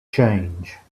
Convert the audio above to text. change